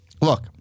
look